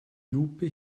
lupe